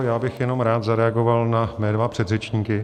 Já bych jenom rád zareagoval na mé dva předřečníky.